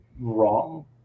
wrong